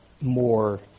more